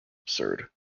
absurd